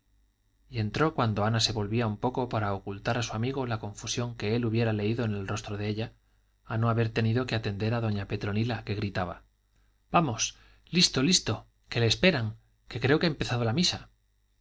y entró cuando ana se volvía un poco para ocultar a su amigo la confusión que él hubiera leído en el rostro de ella a no haber tenido que atender a doña petronila que gritaba vamos listo listo que le esperan que creo que ha empezado la misa